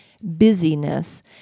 busyness